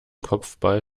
kopfball